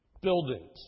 Buildings